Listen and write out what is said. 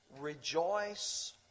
Rejoice